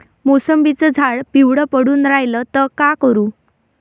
मोसंबीचं झाड पिवळं पडून रायलं त का करू?